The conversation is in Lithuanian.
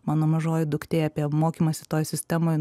mano mažoji duktė apie mokymąsi toj sistemoj